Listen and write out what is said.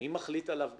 מי מחליט עליו בכלל?